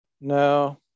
No